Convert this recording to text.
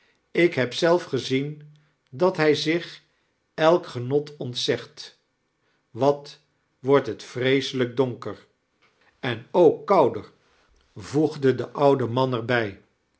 ik heb zelf gezien dat hij zich elk genot onteegt wat wordt het vreeselijk donker en oak kouder voegde de oude kebstveetellingen man er